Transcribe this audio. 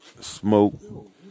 smoke